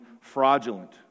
fraudulent